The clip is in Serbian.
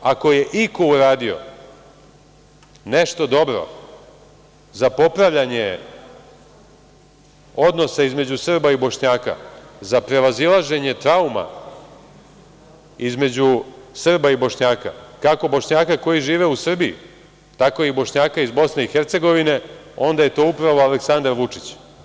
Ako je iko uradio nešto dobro za popravljanje odnosa između Srba i Bošnjaka, za prevazilaženje trauma između Srba i Bošnjaka, kako Bošnjaka koji žive u Srbiji, tako i Bošnjaka iz Bosne i Hercegovine, onda je to upravo Aleksandar Vučić.